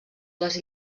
les